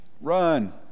run